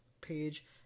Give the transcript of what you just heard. page